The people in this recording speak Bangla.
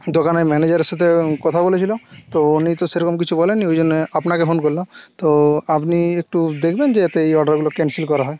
দোকানের ম্যানেজারের সাথে কথা বলেছিলাম তো উনি তো সেরকম কিছু বলেন নি ওই জন্যে আপনাকে ফোন করলাম তো আপনি একটু দেখবেন যে যাতে এই অর্ডারগুলো ক্যান্সেল করা হয়